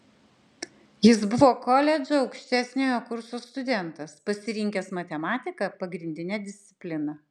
jis buvo koledžo aukštesniojo kurso studentas pasirinkęs matematiką pagrindine disciplina